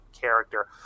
character